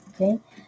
Okay